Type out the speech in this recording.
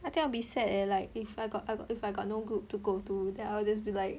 I think I'll be sad leh like if I got I got if I got no group to go to then I'll just be like